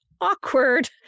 awkward